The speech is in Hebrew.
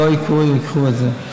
שלא ייקחו את זה.